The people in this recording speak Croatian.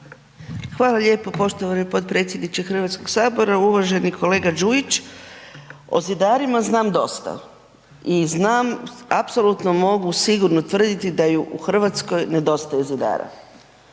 Hvala lijepo poštovani potpredsjedniče HS-a, uvaženi kolega Đujić. O zidarima znam dosta i znam apsolutno mogu sigurno tvrditi da u Hrvatskoj nedostaje zidara.